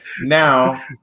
Now